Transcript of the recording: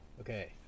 Okay